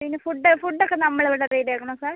പിന്നെ ഫുഡ് ഫുഡൊക്കെ നമ്മൾ ഇവിടെ റെഡിയാക്കണോ സാർ